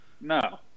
No